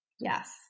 Yes